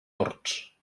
tords